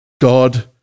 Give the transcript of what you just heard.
God